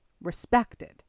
Respected